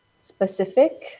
Specific